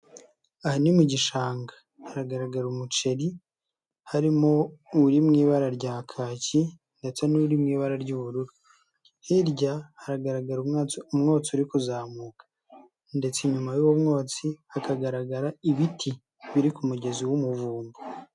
Aha ni mu gishanga haragaragara umuceri harimo uri mu ibara rya kaki ndetse n'uri mu ibara ry'ubururu, hirya hagaragara umwotsi uri kuzamuka ndetse inyuma y'umwotsi hakagaragara ibiti biri ku mugezi w'umuvumba.